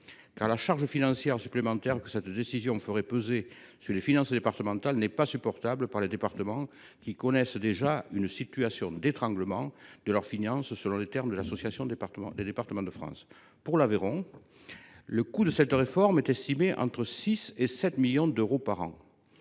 la charge financière supplémentaire que cette décision ferait peser sur les finances départementales n’est pas supportable par les départements, qui connaissent déjà « une situation d’étranglement » de leurs finances selon les termes de l’Association des départements de France. Pour l’Aveyron, le coût de cette réforme est estimé entre 6 et 7 millions d’euros par an,